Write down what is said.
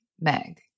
Meg